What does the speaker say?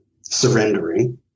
surrendering